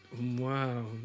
Wow